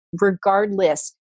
regardless